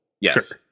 Yes